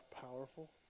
powerful